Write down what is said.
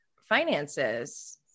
finances